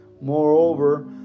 Moreover